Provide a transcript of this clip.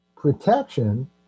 protection